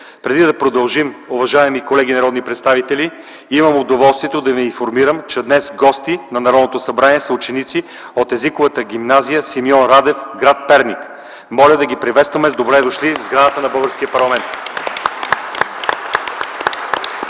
Преди да продължим, уважаеми колеги народни представители, имам удоволствието да ви информирам, че днес гости на Народното събрание са ученици от Езиковата гимназия „Симеон Радев” – гр. Перник. Моля да ги приветстваме с „Добре дошли!” в сградата на българския парламент.